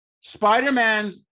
Spider-Man